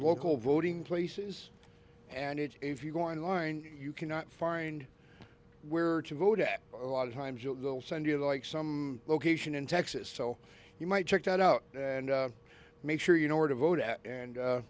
local voting places and if you go online you cannot find where to vote at a lot of times you'll send you like some location in texas so you might check that out and make sure you know where to vote and